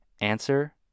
Answer